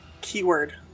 Keyword